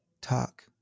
talk